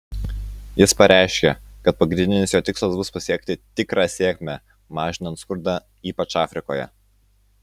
jis pareiškė kad pagrindinis jo tikslas bus pasiekti tikrą sėkmę mažinant skurdą ypač afrikoje